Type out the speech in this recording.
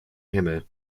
himmel